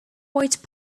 white